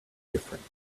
different